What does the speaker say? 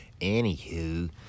anywho